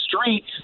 street